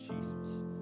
Jesus